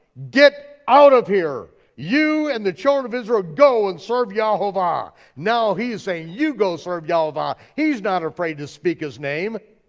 get out of here. you and the children of israel, go and serve yehovah. now he's saying you go serve yehovah, he's not afraid to speak his name.